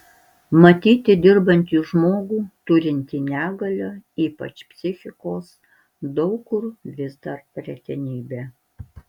matyti dirbantį žmogų turintį negalią ypač psichikos daug kur vis dar retenybė